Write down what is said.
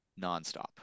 nonstop